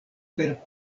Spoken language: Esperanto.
per